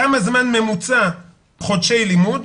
כמה זמן ממוצע חודשי לימוד?